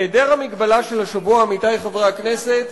בהיעדר המגבלה של השבוע, עמיתי חברי הכנסת,